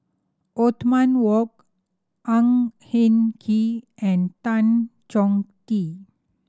Othman Wok Ang Hin Kee and Tan Chong Tee